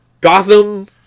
Gotham